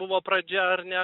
buvo pradžia ar ne